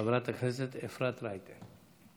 חברת הכנסת אפרת רייטן.